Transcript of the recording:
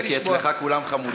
זה כי אצלך כולם חמודים.